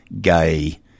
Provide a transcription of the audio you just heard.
gay